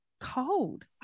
cold